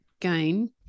gain